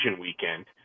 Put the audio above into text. weekend